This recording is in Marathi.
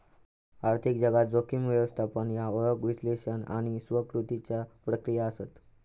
आर्थिक जगात, जोखीम व्यवस्थापन ह्या ओळख, विश्लेषण आणि स्वीकृतीच्या प्रक्रिया आसत